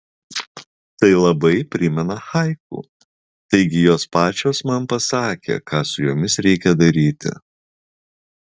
tai labai primena haiku taigi jos pačios man pasakė ką su jomis reikia daryti